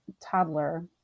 toddler